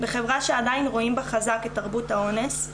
בחברה שעדיין רואים בה חזק את תרבות האונס,